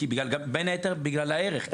בין היתר בגלל הערך.